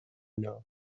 know